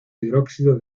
hidróxido